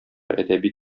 әдәби